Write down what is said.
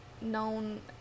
known